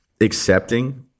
accepting